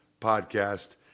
podcast